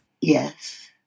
Yes